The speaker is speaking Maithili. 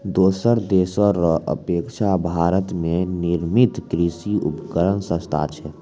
दोसर देशो रो अपेक्षा भारत मे निर्मित कृर्षि उपकरण सस्ता छै